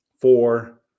four